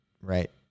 Right